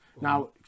Now